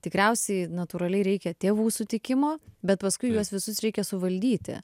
tikriausiai natūraliai reikia tėvų sutikimo bet paskui juos visus reikia suvaldyti